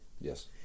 Yes